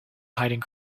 hiding